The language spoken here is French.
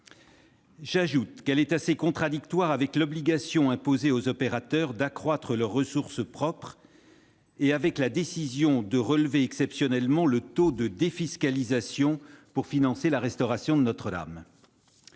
J'ajoute qu'elle est assez contradictoire avec l'obligation imposée aux opérateurs d'accroître leurs ressources propres et avec la décision de relever exceptionnellement le taux de défiscalisation pour financer la restauration de Notre-Dame